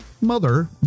mother